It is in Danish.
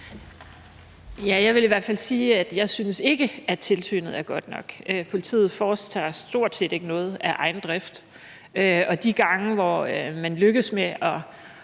Jeg vil i hvert fald sige, at jeg ikke synes, at tilsynet er godt nok. Politiet foretager sig stort set ikke noget af egen drift, og de gange, hvor man lykkes med at